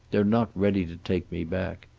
they're not ready to take me back.